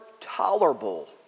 tolerable